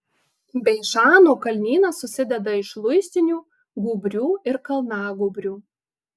beišano kalnynas susideda iš luistinių gūbrių ir kalnagūbrių